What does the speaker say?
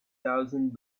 thousand